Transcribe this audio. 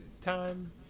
time